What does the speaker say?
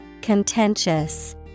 Contentious